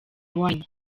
wine